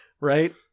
Right